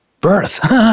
birth